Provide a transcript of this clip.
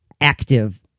active